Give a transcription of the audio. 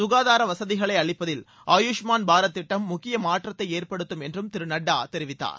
ககாதார வசதிகளை அளிப்பதில் ஆயுஷ்மான் பாரத் திட்டம் முக்கிய மாற்றத்தை ஏற்படுத்தும் என்று திரு நட்டா தெரிவித்தார்